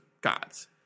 gods